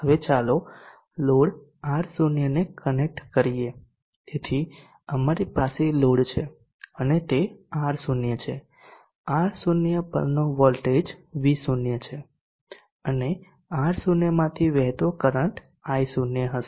હવે ચાલો load R0 ને કનેક્ટ કરીએ તેથી અમારી પાસે લોડ છે અને તે R0 છે R0 પરનો વોલ્ટેજ V0 છે અને R0 માંથી વહેતો કરંટ I0 હશે